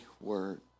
word